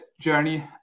journey